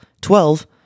Twelve